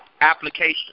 application